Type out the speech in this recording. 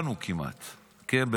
שכמעט כולנו הסכמנו,